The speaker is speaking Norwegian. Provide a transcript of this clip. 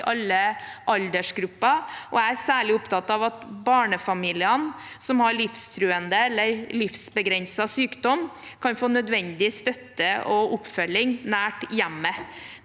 alle aldersgrupper. Jeg er særlig opptatt av at barnefamiliene som opplever livstruende eller livsbegrensende sykdom, kan få nødvendig støtte og oppfølging nær hjemmet.